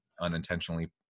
unintentionally